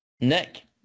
Nick